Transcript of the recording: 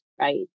right